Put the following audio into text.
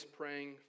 praying